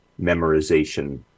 memorization